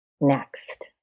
next